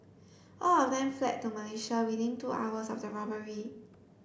all of them fled to Malaysia within two hours of the robbery